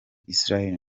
israel